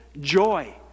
joy